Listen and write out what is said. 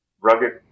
rugged